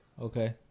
Okay